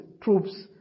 troops